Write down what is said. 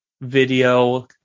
video